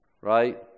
right